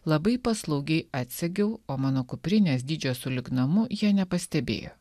labai paslaugiai atsegiau o mano kuprinės dydžio sulyg namu jie nepastebėjo